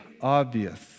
obvious